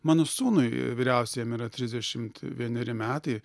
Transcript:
mano sūnui vyriausiajam yra trisdešimt vieneri metai